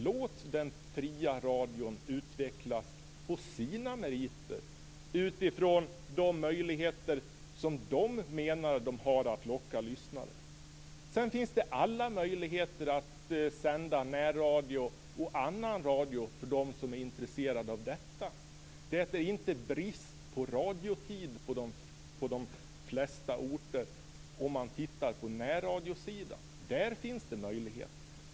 Låt den fria radion utvecklas på sina meriter utifrån de möjligheter som de menar att de har för att locka lyssnare! Sedan finns det alla möjligheter att sända närradio och annan radio för dem som är intresserade av detta. Det är inte brist på radiotid på de flesta orter, om man tittar på närradiosidan. Där finns det möjligheter.